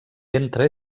ventre